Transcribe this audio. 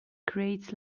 creates